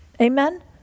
Amen